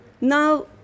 now